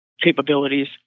capabilities